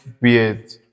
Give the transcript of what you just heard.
weird